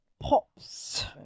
Pops